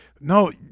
no